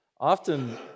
often